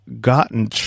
gotten